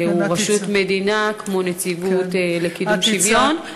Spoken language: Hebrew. שהוא רשות מדינה, כמו נציבות לקידום שוויון?